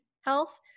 health